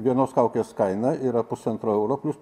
vienos kaukės kaina yra pusantro euro plius